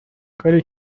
کاری